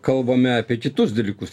kalbame apie kitus dalykus